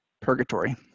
purgatory